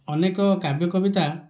ଅନେକ କାବ୍ୟ କବିତା